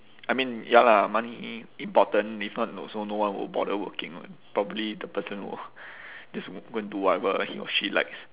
I mean ya lah money important if not also no one will bother working [one] probably the person will just go and do whatever he or she likes